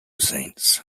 saints